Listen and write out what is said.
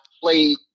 played